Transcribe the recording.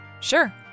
Sure